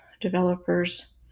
developers